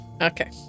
okay